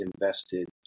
invested